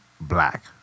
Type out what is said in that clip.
black